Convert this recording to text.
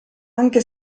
anche